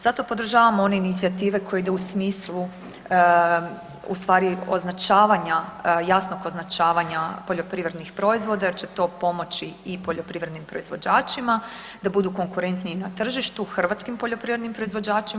Zato podržavamo one inicijative koja ide u smislu u stvari označavanja, jasnog označavanja poljoprivrednih proizvoda jer će to pomoći i poljoprivrednim proizvođačima da budu konkurentniji na tržištu, hrvatskim poljoprivrednim proizvođačima.